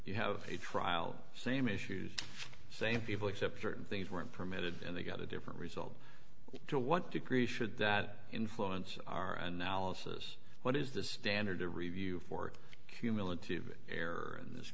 you have a trial same issues same people accept certain things weren't permitted and they got a different result to what degree should that influence our analysis what is this standard to review for cumulative error in this